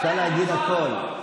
אפשר להגיד הכול.